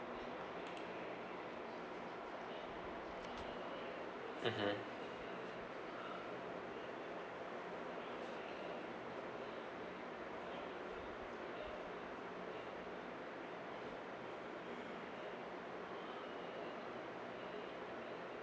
mmhmm